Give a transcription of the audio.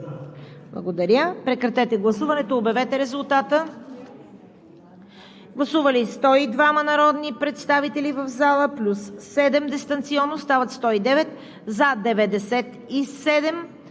Благодаря. Прекратете гласуването, обявете резултата. Гласували 102 народни представители в залата плюс 7 дистанционно – стават 109: за 97